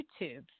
YouTube